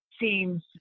seems